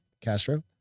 Castro